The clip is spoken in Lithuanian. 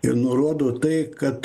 ir nurodo tai kad